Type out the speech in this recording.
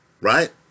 right